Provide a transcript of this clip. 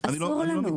שככל שאנחנו נצמצם את